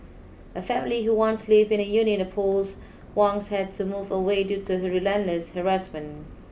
a family who once lived in a unit opposite Wang's had to move away due to her relentless harassment